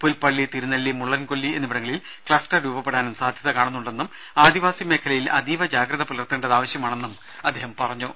പുൽപ്പള്ളി തിരുനെല്ലി മുള്ളൻകൊല്ലി എന്നിവിടങ്ങളിൽ ക്ലസ്റ്റർ രൂപപ്പെടാനും സാധ്യത കാണുന്നുണ്ടെന്നും ആദിവാസി മേഖലയിൽ അതീവ ജാഗ്രത പുലർത്തേണ്ടത് ആവശ്യമാണെന്നും അദ്ദേഹം പറഞ്ഞു